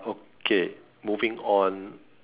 okay moving on